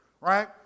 right